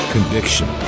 Conviction